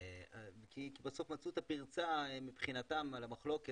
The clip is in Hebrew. בסוף מצאו את הפרצה מבחינתם על המחלוקת,